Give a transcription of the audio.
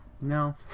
No